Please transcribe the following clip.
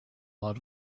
lot